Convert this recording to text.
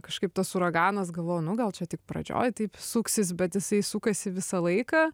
kažkaip tas uraganas galvojau nu gal čia tik pradžioj taip suksis bet jisai sukasi visą laiką